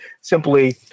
simply